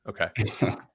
okay